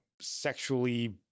sexually